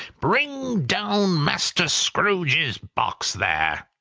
bring down master scrooge's box, there!